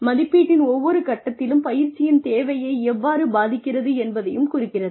மதிப்பீட்டின் ஒவ்வொரு கட்டத்திலும் பயிற்சியின் தேவையை எவ்வாறு பாதிக்கிறது என்பதையும் குறிக்கிறது